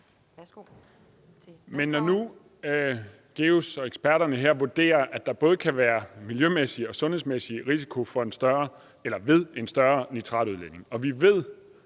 Men GEUS og eksperterne her vurderer nu, at der kan være både miljømæssige og sundhedsmæssige risici ved en større nitratudledning. Vi ved,